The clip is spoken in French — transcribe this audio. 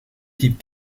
type